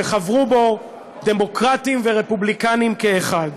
שחברו בו דמוקרטים ורפובליקנים כאחד.